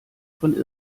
von